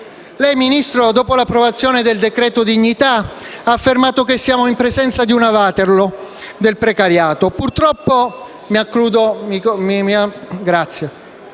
Lei, Ministro, dopo l'approvazione del cosiddetto decreto dignità, ha affermato che siamo in presenza della Waterloo del precariato.